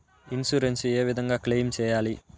Insurance ఏ విధంగా claim సేయాలి?